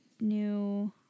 new